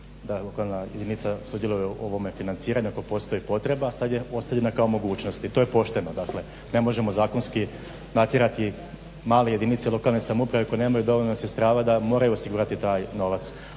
da lokalna jedinica sudjeluje u ovome financiranju ako postoji potreba, a sad je ostavljena kao mogućnost. I to je pošteno. Dakle, ne možemo zakonski natjerati male jedinice lokalne samouprave koje nemaju dovoljno sredstava da moraju osigurati taj novac.